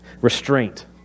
Restraint